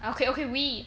okay okay we